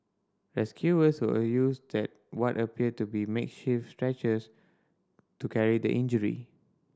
rescuers who used that what appeared to be makeshift stretchers to carry the injury